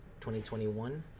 2021